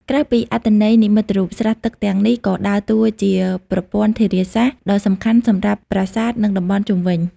ក្រៅពីអត្ថន័យនិមិត្តរូប ស្រះទឹកទាំងនេះក៏ដើរតួជា ប្រព័ន្ធធារាសាស្ត្រ ដ៏សំខាន់សម្រាប់ប្រាសាទនិងតំបន់ជុំវិញ។